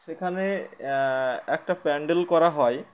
সেখানে একটা প্যান্ডেল করা হয়